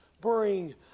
bring